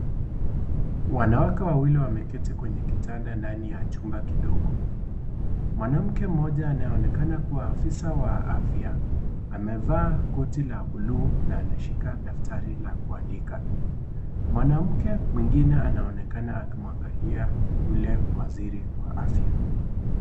Wanawake wawili wameketi kwenye kitanda ndani ya chumba kidogo. Mwanamke mmoja anaonekana kuwa afisa wa afya, amevaa koti la bluu na ameshikwa daftari la kuandika. Mwanamke mwingine anaonekana akimwangalia yule waziri wa afya.